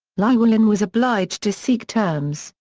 llywelyn was obliged to seek terms,